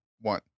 one